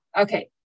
Okay